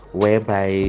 whereby